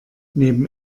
neben